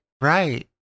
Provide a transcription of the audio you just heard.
right